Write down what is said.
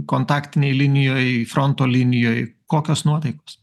kontaktinėj linijoj fronto linijoj kokios nuotaikos